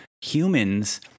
humans